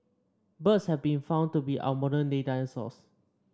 birds have been found to be our modern day dinosaurs